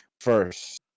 first